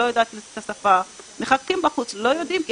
שלא יודעת את השפה, הם מחכים בחוץ, לא יודעים.